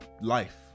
life